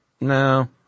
No